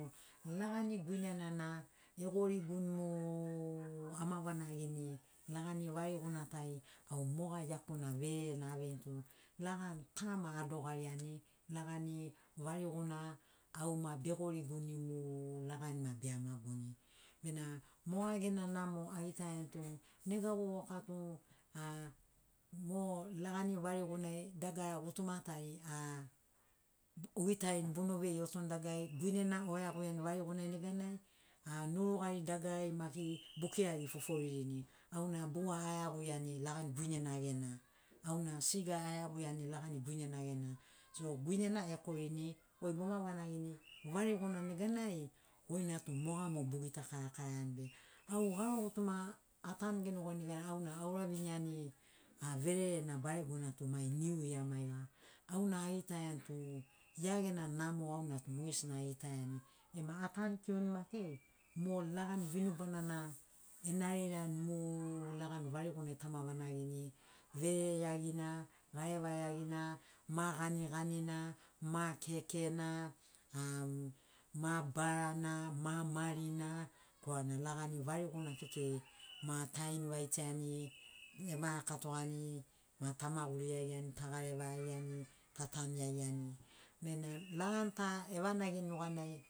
Lagani guinena na e goriguni mu ama vanagini lagani variguna tai au moga iakuna vererena aveini tu lagani ta maia adogariani lagani variguna au ma be goriguni mu lagani ma bea magoni bena moga gena namo agitaiani tu nega vovoka tu a mo lagani varigunai dagara gutuma tari a ugitarini bono vei otoni dagarari guinena o iaguian varigunai neganai a nu rugari dagarari maki bukiragi foforini auna bua aiguiani lagani guinena gena auna siga aiaguiani lagani guinena gena so guinena ekorini goi boma vanagini variguna neganai goina tu moga mo bu gita karakara iani be au garo gutuma atanu genogoini neganai auna aura viniani a vererena baregona tu mai niu ya maiga auna agitaiani tu ia gena namo auna tu mogesina agitaiani ema a tankiu maki mo lagani vinubana na enarirani mu lagani varigunai tama vanagini verere iagina gareva iagina ma gani ganina ma keke na am ma bara na ma mari na korana lagani variguna kekei ma ta invaitiani ema rakatogani ma ta maguri iagiani ta gareva iagiani ta tanu iagiani bena lagani ta evanagin nuganai